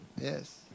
Yes